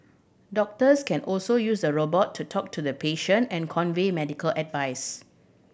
doctors can also use the robot to talk to the patient and convey medical advice